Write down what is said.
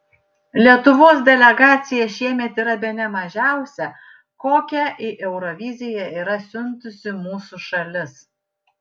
lietuvos delegacija šiemet yra bene mažiausia kokią į euroviziją yra siuntusi mūsų šalis